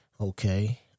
okay